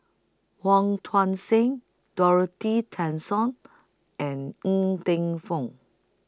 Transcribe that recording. Wong Tuang Seng Dorothy Tessensohn and Ng Teng Fong